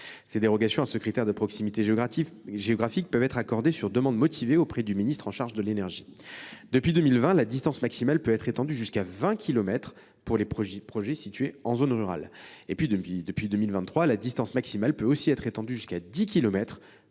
Des dérogations à ce critère de proximité géographique peuvent être accordées sur demande motivée auprès du ministre chargé de l’énergie. Depuis 2020, la distance maximale peut ainsi être étendue jusqu’à 20 kilomètres pour les projets situés en zone rurale ; depuis 2023, elle peut atteindre jusqu’à 10